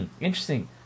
Interesting